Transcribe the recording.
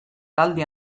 talde